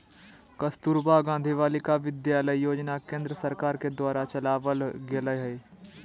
कस्तूरबा गांधी बालिका विद्यालय योजना केन्द्र सरकार के द्वारा चलावल गेलय हें